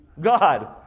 God